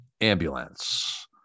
Ambulance